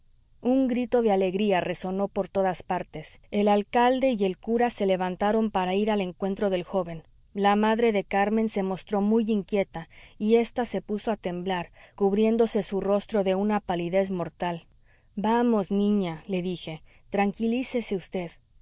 un grito de alegría resonó por todas partes el alcalde y el cura se levantaron para ir al encuentro del joven la madre de carmen se mostró muy inquieta y ésta se puso a temblar cubriéndose su rostro de una palidez mortal vamos niña le dije tranquilícese